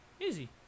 Easy